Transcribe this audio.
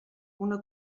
una